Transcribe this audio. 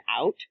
out